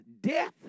death